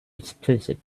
explicit